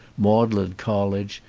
magdalen college,